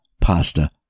pasta